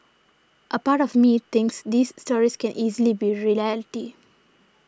a part of me thinks these stories can easily be reality